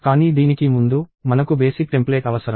కానీ దీనికి ముందు మనకు బేసిక్ టెంప్లేట్ అవసరం